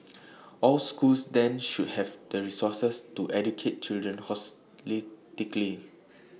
all schools then should have the resources to educate children